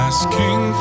Asking